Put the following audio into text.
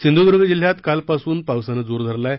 सिंधुदुर्ग जिल्ह्यात कालपासून पावसान जोर धरलाय